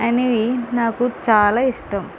అనేవి నాకు చాలా ఇష్టం